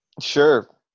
Sure